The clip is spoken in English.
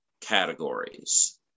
categories